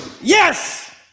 yes